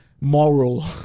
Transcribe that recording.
moral